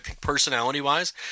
Personality-wise